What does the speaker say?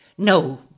No